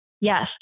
Yes